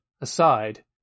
aside